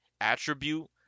attribute